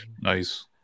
Nice